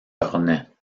cornet